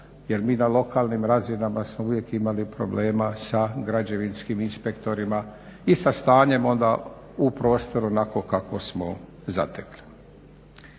jer mi na lokalnim razinama smo uvijek imali problema sa građevinskim inspektorima i sa stanjem onda u prostoru onako kako smo zatekli.